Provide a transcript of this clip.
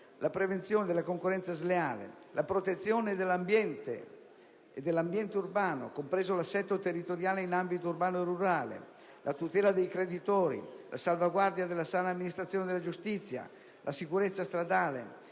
la prevenzione della concorrenza sleale, la protezione dell'ambiente e dell'ambiente urbano, compreso l'assetto territoriale in ambito urbano e rurale, la tutela dei creditori, la salvaguardia della sana amministrazione della giustizia, la sicurezza stradale,